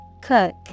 Cook